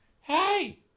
Hey